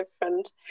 different